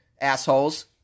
assholes